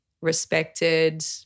respected